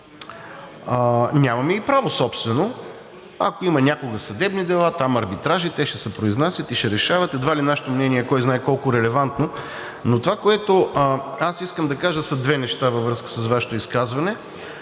няма и право собствено, ако има някога съдебни дела, арбитражи, те ще се произнасят, ще решават, едва ли нашето мнение е кой знае колко релевантно. Но това, което искам да кажа, са две неща във връзка с Вашето изказване.